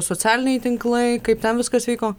socialiniai tinklai kaip ten viskas vyko